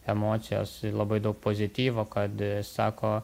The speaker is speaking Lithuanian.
emocijos labai daug pozityvo kad sako